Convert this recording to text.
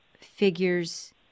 figures